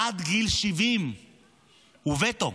עד גיל 70 הוא וטו.